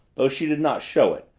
though she did not show it,